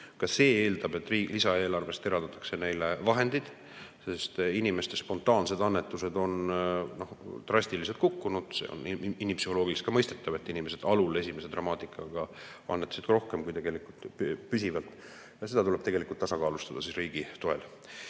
Ka see eeldab, et lisaeelarvest eraldatakse neile vahendid, sest inimeste spontaansed annetused on drastiliselt kukkunud. See on psühholoogiliselt ka mõistetav. Inimesed algul esimese dramaatikaga annetasid rohkem, kui nad tegelikult püsivalt teevad. Ja seda tuleb tegelikult tasakaalustada riigi